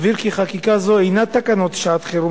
אבהיר כי חקיקה זו אינה תקנות שעת-חירום